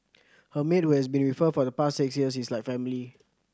her maid who has been with her for the past six years is like family